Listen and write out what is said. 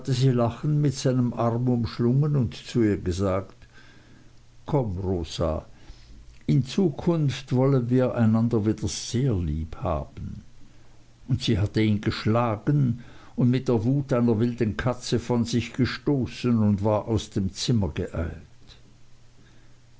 lachend mit seinem arm umschlungen und zu ihr gesagt komm rosa in zukunft wollen wir einander wieder sehr lieb haben und sie hatte ihn geschlagen und mit der wut einer wilden katze von sich gestoßen und war aus dem zimmer geeilt